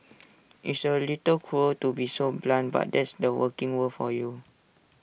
it's A little cruel to be so blunt but that's the working world for you